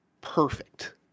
perfect